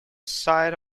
site